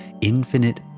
infinite